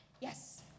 Yes